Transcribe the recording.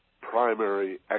primary